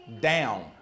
down